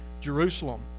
Jerusalem